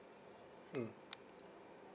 mm